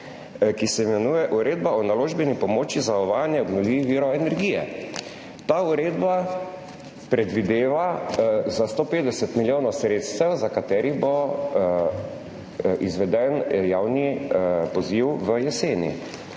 ki se imenuje Uredba o naložbeni pomoči za uvajanje energije iz obnovljivih virov. Ta uredba predvideva za 150 milijonov sredstev, za katere bo izveden javni poziv v jeseni